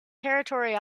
territory